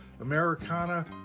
Americana